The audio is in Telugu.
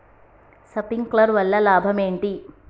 శప్రింక్లర్ వల్ల లాభం ఏంటి?